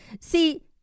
See